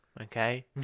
Okay